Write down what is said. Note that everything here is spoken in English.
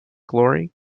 glory